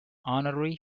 honorary